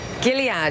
Gilead